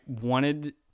wanted